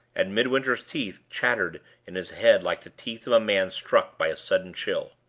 and midwinter's teeth chattered in his head like the teeth of a man struck by a sudden chill.